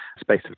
space